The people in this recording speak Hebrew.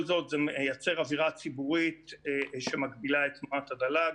זאת זה מייצר אווירה ציבורית שמגבילה את תנועת הדה-לגיטימציה.